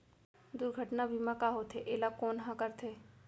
दुर्घटना बीमा का होथे, एला कोन ह करथे?